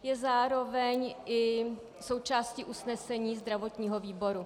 Je zároveň i součástí usnesení zdravotního výboru.